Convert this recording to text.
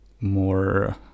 more